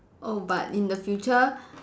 oh but in the future